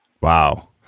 wow